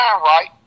right